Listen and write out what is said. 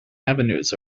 avenues